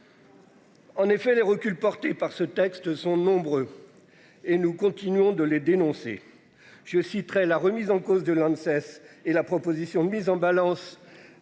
En effet les reculs portées par ce texte sont nombreux. Et nous continuons de les dénoncer. Je citerai la remise en cause de Lanxess et la proposition de mise en balance.